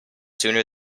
sooner